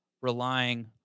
relying